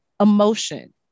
emotion